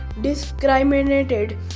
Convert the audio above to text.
discriminated